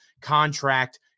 contract